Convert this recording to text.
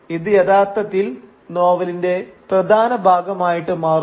ഇത് യഥാർത്ഥത്തിൽ നോവലിന്റെ പ്രധാന ഭാഗമായിട്ട് മാറുന്നു